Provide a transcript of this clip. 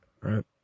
right